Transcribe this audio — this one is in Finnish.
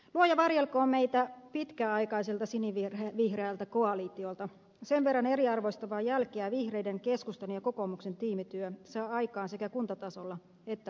luoja varjelkoon meitä pitkäaikaiselta sinivihreältä koalitiolta sen verran eriarvoistavaa jälkeä vihreiden keskustan ja kokoomuksen tiimityö saa aikaan sekä kuntatasolla että valtakunnassa